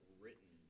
written